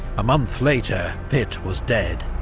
a month later pitt was dead,